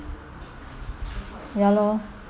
ya lor